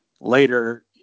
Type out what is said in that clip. later